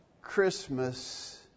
Christmas